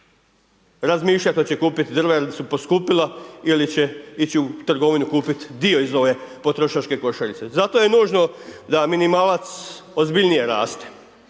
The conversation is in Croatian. razmišljati hoće kupit drva jer su poskupila ili će ići u trgovinu kupit dio iz ove potrošačke košarice. Zato je nužno da minimalac ozbiljnije raste.